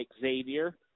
xavier